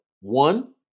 one